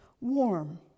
Warm